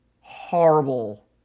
horrible